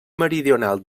meridional